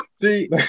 See